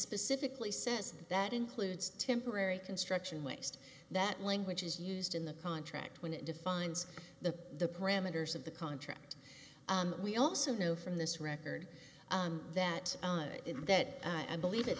specifically says that includes temporary construction waste that language is used in the contract when it defines the parameters of the contract we also know from this record that oh in that i believe it